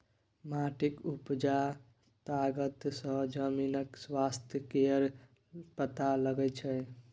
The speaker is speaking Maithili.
माटिक उपजा तागत सँ जमीनक स्वास्थ्य केर पता लगै छै